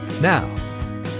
Now